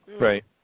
Right